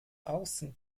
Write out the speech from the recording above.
außen